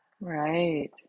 right